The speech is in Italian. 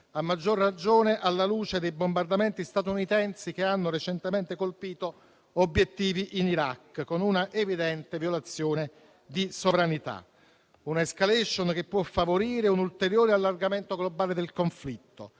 a maggior ragione alla luce dei bombardamenti statunitensi che hanno recentemente colpito obiettivi in Iraq con una evidente violazione di sovranità; una *escalation* che può favorire un ulteriore allargamento globale del conflitto,